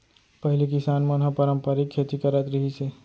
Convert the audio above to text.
पहिली किसान मन ह पारंपरिक खेती करत रिहिस हे